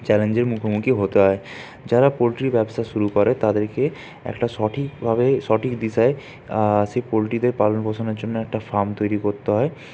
চ্যালেঞ্জের মুখোমুখি হতে হয় যারা পোলট্রির ব্যবসা শুরু করে তাদেরকে একটা সঠিকভাবে সঠিক দিশায় সেই পোলট্রিদের পালনপোষণের জন্য একটা ফার্ম তৈরি করতে হয়